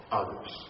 others